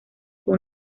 fue